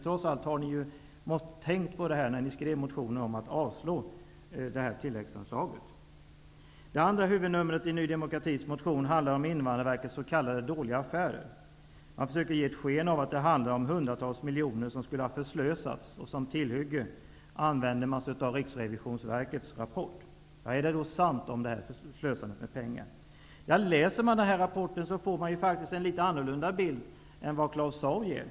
Trots allt måste ni ha tänkt på detta när ni skrev motionen om att ansökan om tilläggsanslag skall avslås. Det andra huvudnumret i Ny demokratis motion handlar om Invandrarverkets s.k. dåliga affärer. Man försöker ge ett sken av att det handlar om hundratals miljoner som skulle ha förslösats. Som tillhygge använder man sig av Riksrevisionsverkets rapport. Är slöseriet med pengar då sant? När man läser RRV:s rapport får man en litet annorlunda bild än den Claus Zaar ger.